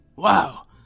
Wow